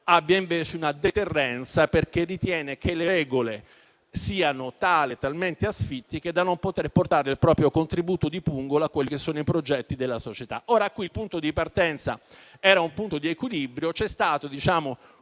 abbia invece una deterrenza perché ritiene che le regole siano talmente asfittiche da non poter portare il proprio contributo di pungolo a quelli che sono i progetti della società. Il punto di partenza era un punto di equilibrio; c'è stata poi